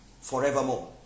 forevermore